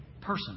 person